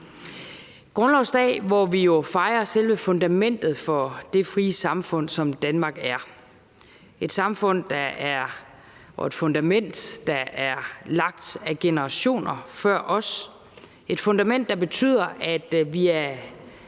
grundlovsdag, hvor vi jo fejrer selve fundamentet for det frie samfund, som Danmark er – et samfund og et fundament, der er lagt af generationer før os, et fundament, der betyder, at vi er